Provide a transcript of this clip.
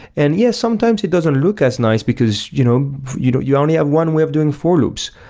and yes, sometimes it doesn't look as nice, because you know you know you only have one way of doing for loops,